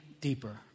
deeper